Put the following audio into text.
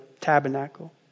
tabernacle